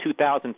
2000